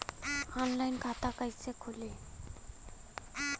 Online खाता कइसे खुली?